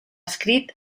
escrit